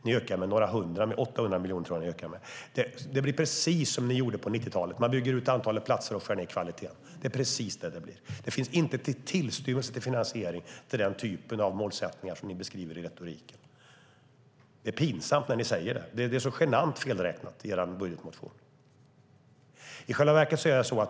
Ni ökar med 800 miljoner. Det blir precis som på 90-talet då ni byggde ut antalet platser och skar ned på kvaliteten. Det finns inte tillstymmelse till finansiering av en sådan målsättning som ni beskriver i retoriken. Det är pinsamt att ni säger det. Det är så genant felräknat i er budgetmotion.